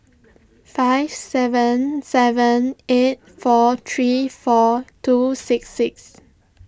five seven seven eight four three four two six six